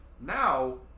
now